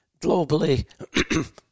globally